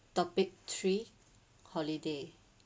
topic three holiday